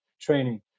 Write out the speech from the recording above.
training